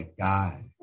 God